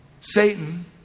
Satan